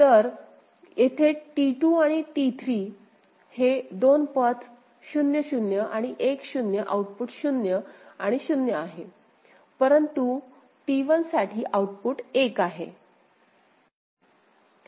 तर येथे T2 आणि T3 हे 2 पथ 0 0 आणि 1 0 आउटपुट 0 आणि 0 आहे परंतु T1 साठी आउटपुट 1 आहे